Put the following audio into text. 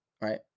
right